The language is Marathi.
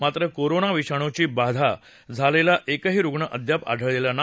मात्र कोरोना विषाणूची बाधा झालेला एकही रुग्ण अद्याप आढळलेला नाही